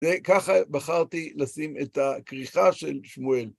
וככה בחרתי לשים את הכריכה של שמואל.